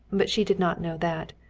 but she did not know that,